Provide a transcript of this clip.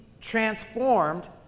transformed